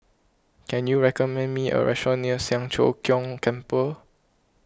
can you recommend me a restaurant near Siang Cho Keong Temple